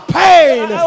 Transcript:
pain